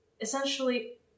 Essentially